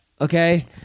okay